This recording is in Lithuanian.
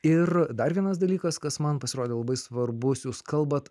ir dar vienas dalykas kas man pasirodė labai svarbus jūs kalbat